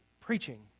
preaching